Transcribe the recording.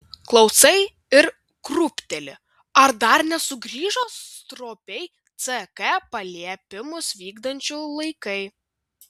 klausai ir krūpteli ar dar nesugrįžo stropiai ck paliepimus vykdančių laikai